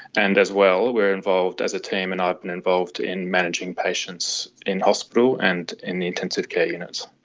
and as well, we're involved as a team and i've been involved in managing patients in hospital and in the intensive care units.